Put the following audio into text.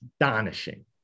astonishing